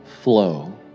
flow